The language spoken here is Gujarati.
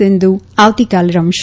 સિન્ધુ આવતીકાલે રમશે